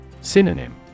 Synonym